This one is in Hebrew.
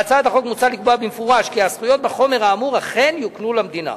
בהצעת החוק מוצע לקבוע במפורש כי הזכויות בחומר האמור אכן יוקנו למדינה,